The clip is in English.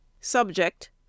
Subject